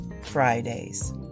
Fridays